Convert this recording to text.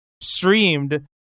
streamed